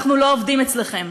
אנחנו לא עובדים אצלכן.